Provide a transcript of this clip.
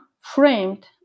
framed